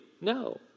No